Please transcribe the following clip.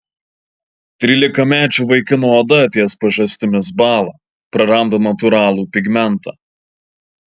trylikamečio vaikino oda ties pažastimis bąla praranda natūralų pigmentą